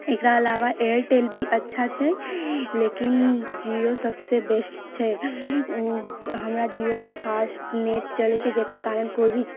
एकरा अलावा एयरटेल भी अच्छा छै लेकिन जियो सभसँ बेस्ट छै हमरा जियोसँ फास्ट नेट चलै छै जकरा कारण कोइ भी